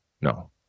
no